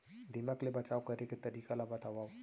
दीमक ले बचाव करे के तरीका ला बतावव?